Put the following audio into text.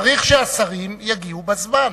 צריך שהשרים יגיעו בזמן.